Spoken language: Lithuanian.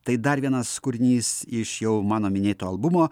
tai dar vienas kūrinys iš jau mano minėto albumo